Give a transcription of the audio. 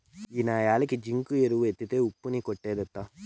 ఈ న్యాలకి జింకు ఎరువు ఎత్తే ఉప్పు ని కొట్టేత్తది